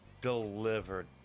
Delivered